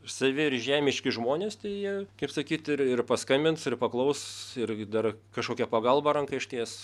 savi ir žemiški žmonės tai jie kaip sakyt ir ir paskambins ir paklaus ir dar kažkokią pagalbą ranką išties